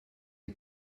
des